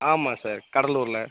ஆமாம் சார் கடலூரில்